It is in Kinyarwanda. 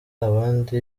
abandi